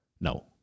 No